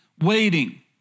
waiting